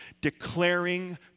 declaring